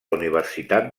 universitat